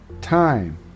time